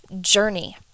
journey